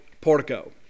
Portico